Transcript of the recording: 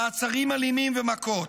מעצרים אלימים ומכות.